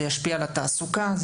על התעסוקה,